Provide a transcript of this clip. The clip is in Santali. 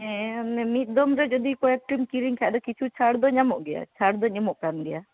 ᱦᱮᱸ ᱚᱱᱮ ᱢᱤᱫ ᱫᱚᱢ ᱨᱮ ᱡᱩᱫᱤ ᱠᱚᱭᱮᱠᱴᱤᱢ ᱠᱤᱨᱤᱧ ᱠᱷᱟᱱ ᱫᱚ ᱠᱤᱪᱷᱩ ᱪᱷᱟᱲ ᱫᱚ ᱧᱟᱢᱚᱜ ᱜᱮᱭᱟ ᱪᱷᱟᱲ ᱫᱚᱧ ᱮᱢᱚᱜ ᱠᱟᱱ ᱜᱮᱭᱟ